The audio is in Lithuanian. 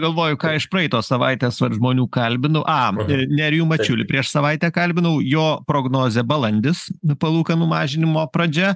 galvoju ką iš praeitos savaitės žmonių kalbinu a nerijų mačiulį prieš savaitę kalbinau jo prognozė balandis palūkanų mažinimo pradžia